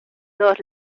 dos